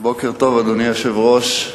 אדוני היושב-ראש,